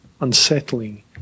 unsettling